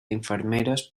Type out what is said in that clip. infermeres